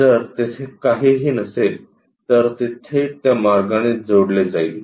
जर तेथे काहीही नसेल तर ते थेट त्या मार्गाने जोडले जाईल